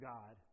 God